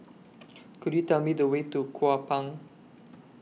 Could YOU Tell Me The Way to Kupang